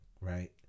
right